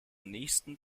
nächsten